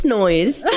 noise